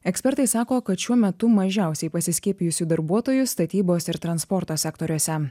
ekspertai sako kad šiuo metu mažiausiai pasiskiepijusių darbuotojų statybos ir transporto sektoriuose